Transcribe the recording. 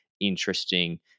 interesting